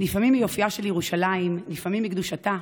נפעמים מיופייה של ירושלים, נפעמים מקדושתה,